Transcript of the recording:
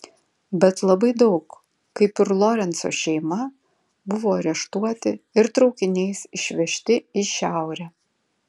bet labai daug kaip ir lorenco šeima buvo areštuoti ir traukiniais išvežti į šiaurę